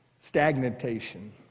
stagnation